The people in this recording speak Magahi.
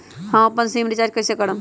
हम अपन सिम रिचार्ज कइसे करम?